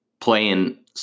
playing